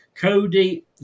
Cody